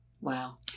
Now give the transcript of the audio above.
Wow